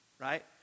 right